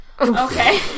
Okay